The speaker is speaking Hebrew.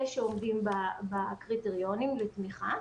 אלה שעומדים בקריטריונים לתמיכה,